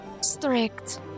strict